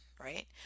right